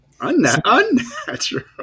Unnatural